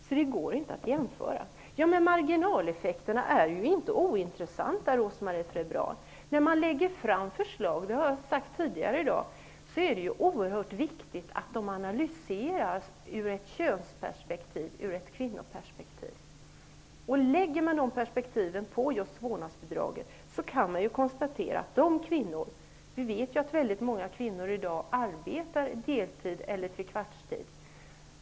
Det går alltså inte att jämföra vårdnadsbidrag och föräldraförsäkring! Marginaleffekterna är ju inte ointressanta, Rose Marie Frebran! När man lägger fram förslag är det oerhört viktigt att de analyseras ur ett könsperspektiv, ett kvinnoperspektiv. Man kan lägga det perspektivet på just vårdnadsbidraget. Vi vet att många kvinnor i dag arbetar deltid.